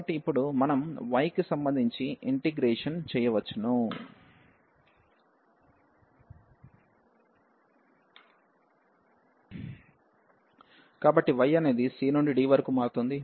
కాబట్టి ఇప్పుడు మనం y కి సంబంధించి ఇంటిగ్రేషన్ చేయవచ్చు కాబట్టి y అనేది c నుండి d వరకు మారుతుంది